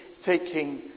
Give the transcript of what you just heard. taking